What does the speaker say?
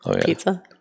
Pizza